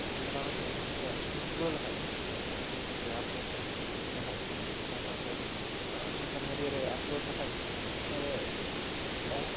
ᱚᱸᱰᱮ ᱪᱟᱞᱟᱣ ᱠᱟᱛᱮᱫ ᱚᱱᱠᱟ ᱪᱷᱚᱵᱤ ᱛᱩᱞᱟᱹᱣ ᱞᱮᱠᱷᱟᱱ ᱥᱮ ᱚᱱᱠᱟ ᱯᱷᱮᱥᱵᱩᱠ ᱨᱮ ᱟᱯᱞᱳᱰ ᱞᱮᱠᱷᱟᱱ ᱥᱮ ᱤᱱᱥᱴᱟᱜᱨᱟᱢ ᱨᱮ ᱚᱱᱠᱟ ᱥᱳᱥᱟᱞ ᱢᱤ ᱰᱤᱭᱟ ᱨᱮ ᱟᱯᱞᱳᱰ ᱞᱮᱠᱷᱟᱚᱱ ᱚᱱᱟᱨᱮ ᱞᱟᱭᱤᱠ